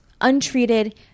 untreated